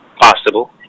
possible